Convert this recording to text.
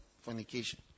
fornication